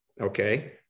okay